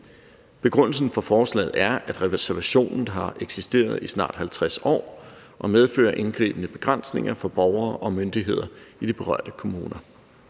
Begrundelsen for forslaget er, at reservationen har eksisteret i snart 50 år og medfører indgribende begrænsninger for borgere og myndigheder i de berørte kommuner.